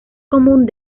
común